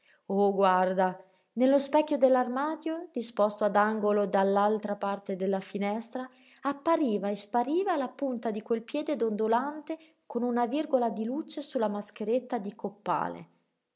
oh guarda nello specchio dell'armadio disposto ad angolo dall'altra parte della finestra appariva e spariva la punta di quel piede dondolante con una virgola di luce su la mascheretta di coppale